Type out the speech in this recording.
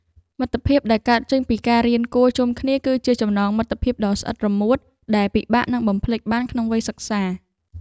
មិត្តភាពដែលកើតចេញពីការរៀនគួរជុំគ្នាគឺជាចំណងមិត្តភាពដ៏ស្អិតរមួតដែលពិបាកនឹងបំភ្លេចបានក្នុងវ័យសិក្សា។